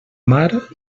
mar